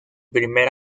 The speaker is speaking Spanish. primer